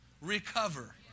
recover